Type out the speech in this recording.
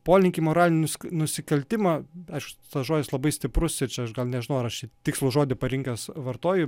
polinkį į moralinius nusi nusikaltimą aišku tas žodis labai stiprus ir čia aš gal nežinau ar aš čia tikslų žodį parinkęs vartoju